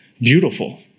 beautiful